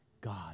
God